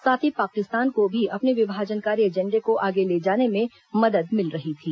साथ ही पाकिस्तान को भी अपने विभाजनकारी एजेंडे को आगे ले जाने में मदद मिल रही थी